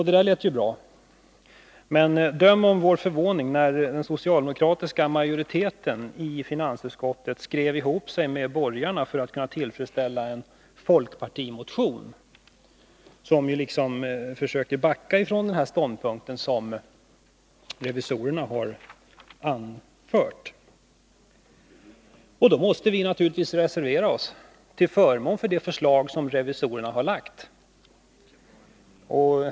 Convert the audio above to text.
Det där lät ju bra. Men döm om vår förvåning när den socialdemokratiska majoriteten i finansutskottet skrev ihop sig med borgarna för att kunna tillfredsställa en folkpartimotion, som liksom försökte backa från den ståndpunkt som revisorerna har anfört. Då måste vi naturligtvis reservera oss till förmån för det förslag som revisorerna har framlagt.